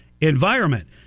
environment